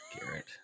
Garrett